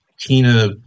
Tina